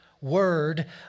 Word